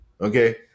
Okay